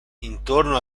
intorno